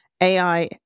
AI